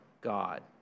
God